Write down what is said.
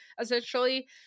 Essentially